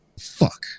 fuck